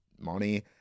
money